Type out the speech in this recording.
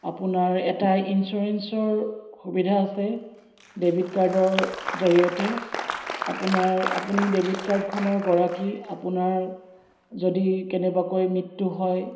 আপোনাৰ এটা ইঞ্চুৰেঞ্চৰ সুবিধা আছে ডেবিট কাৰ্ডৰ জৰিয়তে আপোনাৰ আপুনি ডেবিট কাৰ্ডখনৰ গৰাকী আপোনাৰ যদি কেনেবাকৈ মৃত্যু হয়